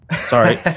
Sorry